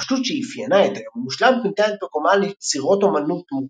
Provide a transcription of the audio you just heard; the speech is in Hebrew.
הפשטות שאפיינה את "היום המושלג" פינתה את מקומה ליצירות אמנות מורכבות,